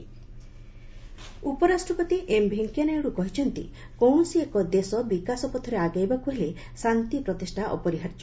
vice prez Korea ଉପରାଷ୍ଟ୍ରପତି M Venkaiah Naidu କହିଛନ୍ତି କୌଣସି ଏକ ଦେଶ ବିକାଶ ପଥରେ ଆଗେଇବାକୁ ହେଲେ ଶାନ୍ତି ପ୍ରତିଷ୍ଠା ଅପରିହାର୍ଯ୍ୟ